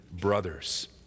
brothers